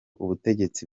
ubutegetsi